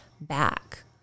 back